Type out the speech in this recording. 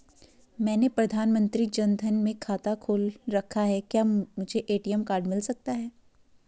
मैंने प्रधानमंत्री जन धन में खाता खोल रखा है क्या मुझे ए.टी.एम कार्ड मिल सकता है?